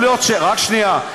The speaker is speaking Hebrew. רק שנייה.